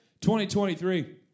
2023